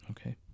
Okay